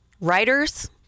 Writers